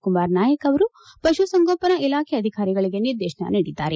ಕುಮಾರ್ ನಾಯಕ್ ಅವರು ಪಶುಸಂಗೋಪನಾ ಇಲಾಖೆಯ ಅಧಿಕಾರಿಗಳಿಗೆ ನಿರ್ದೇಶನ ನೀಡಿದ್ದಾರೆ